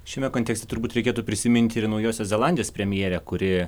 šiame kontekste turbūt reikėtų prisiminti ir naujosios zelandijos premjerę kuri